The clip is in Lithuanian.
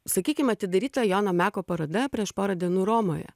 sakykim atidaryta jono meko paroda prieš porą dienų romoje